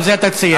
ובזה אתה תסיים,